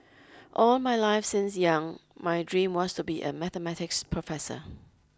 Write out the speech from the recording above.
all my life since young my dream was to be a Mathematics professor